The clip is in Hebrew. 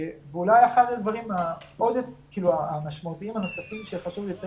אחד הדברים המשמעותיים הנוספים שחשוב לציין